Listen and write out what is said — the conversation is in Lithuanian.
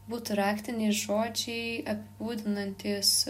būtų raktiniai žodžiai apibūdinantys